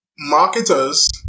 marketers